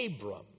Abram